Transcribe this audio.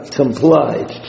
complied